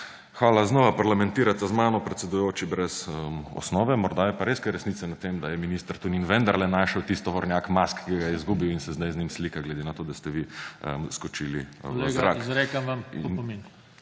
Hvala. Znova parlamentirate z menoj, predsedujoči, brez osnove. Morda je pa res kaj resnice na tem, da je minister Tonin vendarle našel tisti tovornjak mask, ki ga je izgubil, in se sedaj z njim slika, glede na to, da ste vi skočili v zrak.